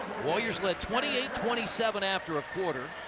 warriors led twenty eight twenty seven after a quarter.